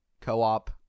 co-op